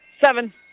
seven